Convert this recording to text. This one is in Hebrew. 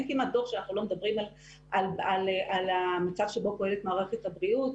אין כמעט דוח שאנחנו לא מדברים על המצב שבו פועלת מערכת הבריאות.